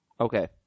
Okay